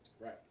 Right